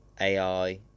AI